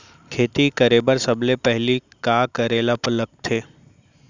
खेती करे बर सबले पहिली का करे ला लगथे?